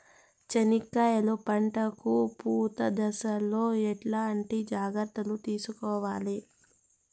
చెనక్కాయలు పంట కు పూత దశలో ఎట్లాంటి జాగ్రత్తలు తీసుకోవాలి?